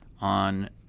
on